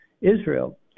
Israel